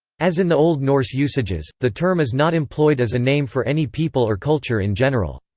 as in the old norse usages, the term is not employed as a name for any people or culture in general.